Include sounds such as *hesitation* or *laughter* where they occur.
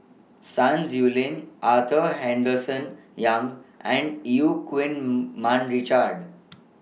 Sun Xueling Arthur Henderson Young and EU Keng *hesitation* Mun Richard